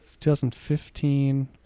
2015